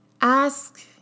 Ask